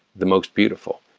the most beautiful.